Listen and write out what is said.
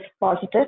positive